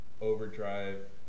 overdrive